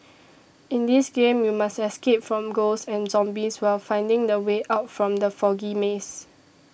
in this game you must escape from ghosts and zombies while finding the way out from the foggy maze